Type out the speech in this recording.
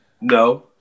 No